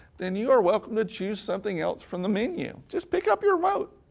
then you are welcome to choose something else from the menu. just pick up your remote.